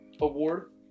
Award